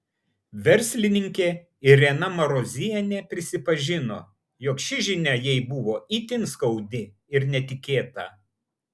verslininkė irena marozienė prisipažino jog ši žinia jai buvo itin skaudi ir netikėta